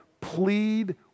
plead